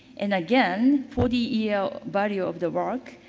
and again, for the year, body of the work,